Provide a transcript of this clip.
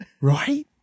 Right